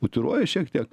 utriruoju šiek tiek